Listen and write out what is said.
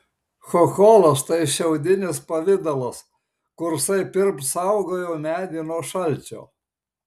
chocholas tai šiaudinis pavidalas kursai pirm saugojo medį nuo šalčio